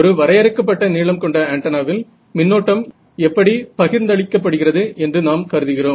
ஒரு வரையறுக்கப்பட்ட நீளம் கொண்ட ஆன்டென்னாவில் மின்னோட்டம் எப்படி பகிர்ந்தளிக்கப்படுகிறது என்று நாம் கருதுகிறோம்